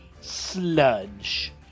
sludge